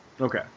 Okay